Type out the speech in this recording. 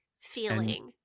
feeling